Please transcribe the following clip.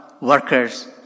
workers